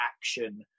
action